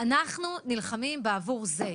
אנחנו נלחמים בעבור זה,